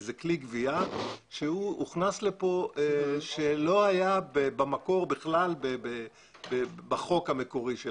זה כלי גבייה שהוכנס לפה ולא היה בכלל בחוק המקורי.